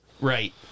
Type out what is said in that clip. Right